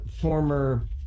former